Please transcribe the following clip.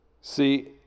See